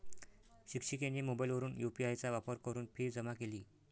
शिक्षिकेने मोबाईलवरून यू.पी.आय चा वापर करून फी जमा केली